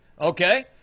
Okay